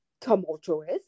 tumultuous